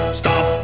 stop